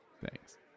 Thanks